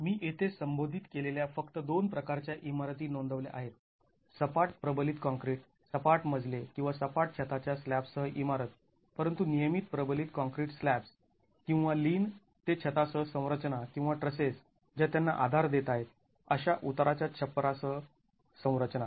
मी येथे संबोधित केलेल्या फक्त दोन प्रकारच्या इमारती नोंदवल्या आहेत सपाट प्रबलित काँक्रीट सपाट मजले किंवा सपाट छताच्या स्लॅब सह इमारत परंतु नियमित प्रबलित काँक्रीट स्लॅब्स् किंवा लिन ते छतासह संरचना किंवा ट्रसेस ज्या त्यांना आधार देत आहेत अशा उताराच्या छप्परा सह संरचना